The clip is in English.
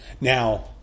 Now